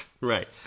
Right